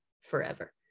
forever